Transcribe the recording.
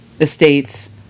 estates